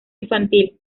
infantil